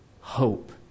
hope